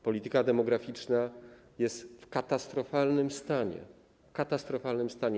Polityka demograficzna jest w katastrofalnym stanie - katastrofalnym stanie.